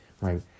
right